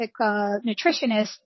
nutritionist